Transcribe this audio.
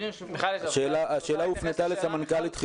השאלה הופנתה לסמנכ"לית חינוך.